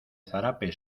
zarape